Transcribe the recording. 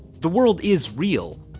the world is real,